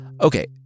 Okay